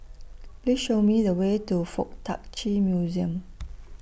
Please Show Me The Way to Fuk Tak Chi Museum